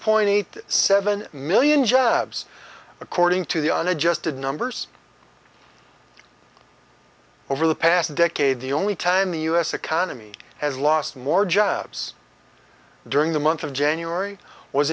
point eight seven million jobs according to the un adjusted numbers over the past decade the only time the u s economy has lost more jobs during the month of january was